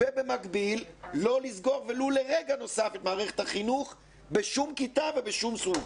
ובמקביל לא לסגור ולו לרגע נוסף את מערכת החינוך בשום כיתה ובשום סוג.